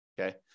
Okay